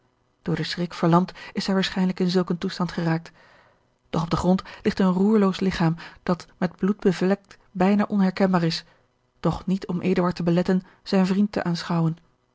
door den schrik verlamd is zij waarschijnlijk in zulk een toestand geraakt doch op den grond ligt een roerloos ligchaam dat met bloed bevlekt bijna onherkenbaar is doch niet om eduard te beletten zijn vriend te aanschouwen